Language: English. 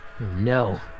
No